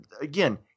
again